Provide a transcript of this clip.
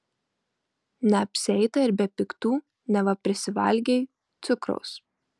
neapsieita ir be piktų neva prisivalgei cukraus